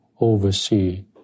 oversee